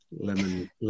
lemon